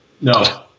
No